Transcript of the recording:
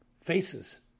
faces